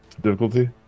difficulty